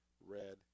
red